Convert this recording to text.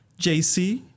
JC